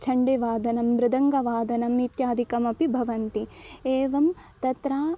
छण्डे वादनं मृदङ्गवादनम् इत्यादिकमपि भवन्ति एवं तत्र